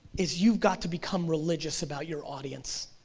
is you've got to become religious about your audience.